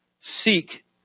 seek